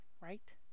right